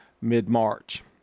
mid-March